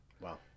Wow